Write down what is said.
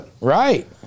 Right